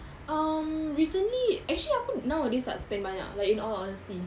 um recently actually aku nowadays tak spend banyak in all honesty